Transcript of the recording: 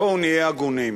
בואו נהיה הגונים: